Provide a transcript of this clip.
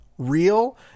real